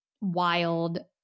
wild